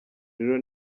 rero